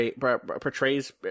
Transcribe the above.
portrays